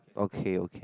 okay okay